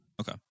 Okay